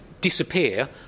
disappear